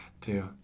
Two